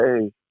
hey